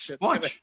watch